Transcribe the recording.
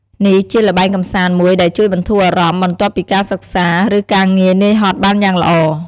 នេះជាល្បែងកម្សាន្តមួយដែលជួយបន្ធូរអារម្មណ៍ បន្ទាប់ពីការសិក្សា ឬការងារនឿយហត់បានយ៉ាងល្អ។